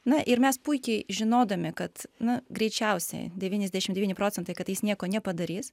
na ir mes puikiai žinodami kad na greičiausiai devyniasdešim devyni procentai kad jis nieko nepadarys